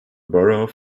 borough